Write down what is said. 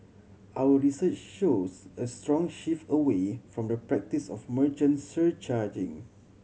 our research shows a strong shift away from the practice of merchant surcharging